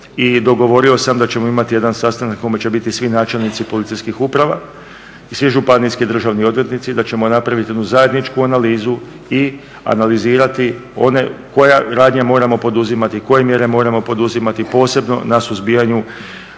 i dogovorio sam da ćemo imati jedan sastanak na kojemu će biti svi načelnici policijskih uprava i svi županijski državni odvjetnici i da ćemo napraviti jednu zajedničku analizu i analizirati koje radnje moramo poduzimati, koje mjere moramo poduzimati posebno na suzbijanju